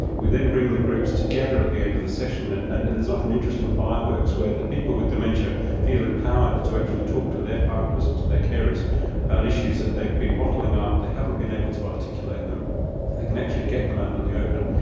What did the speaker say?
we then bring the groups together at the end of the session and and and there's often interesting fireworks where the people with dementia feel empowered to actually talk to their partners and to their carers about issues that they've been bottling up, they haven't been able to articulate them and they can actually get them out in the open.